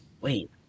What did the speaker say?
Wait